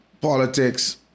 Politics